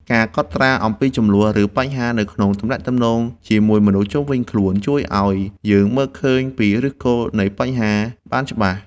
ការកត់ត្រាអំពីជម្លោះ ឬបញ្ហានៅក្នុងទំនាក់ទំនងជាមួយមនុស្សជុំវិញខ្លួន ជួយឱ្យយើងមើលឃើញពីឫសគល់នៃបញ្ហាបានច្បាស់។